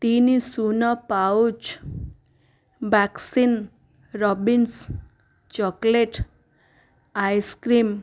ତିନି ଶୂନ pouch Baskin Robbins chocolate ice cream